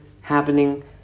happening